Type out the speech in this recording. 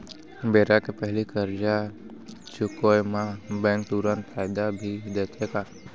बेरा के पहिली करजा चुकोय म बैंक तुरंत फायदा भी देथे का?